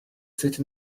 sit